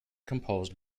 composed